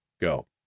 go